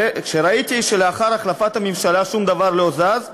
כשראיתי לאחר החלפת הממשלה ששום דבר לא זז,